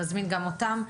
נזמין גם אותם.